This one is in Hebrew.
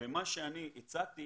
מה שאני הצעתי